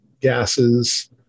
gases